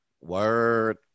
Word